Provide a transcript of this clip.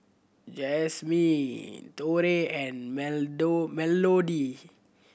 Jasmine Torey and Melodee